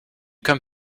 come